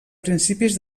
principis